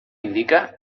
indica